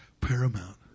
paramount